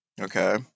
Okay